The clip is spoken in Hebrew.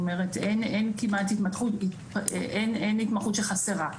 אין התמחות שחסרה.